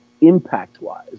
impact-wise